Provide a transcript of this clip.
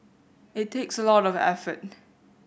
it takes a lot of effort